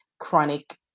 chronic